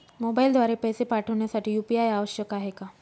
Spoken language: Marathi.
मोबाईलद्वारे पैसे पाठवण्यासाठी यू.पी.आय आवश्यक आहे का?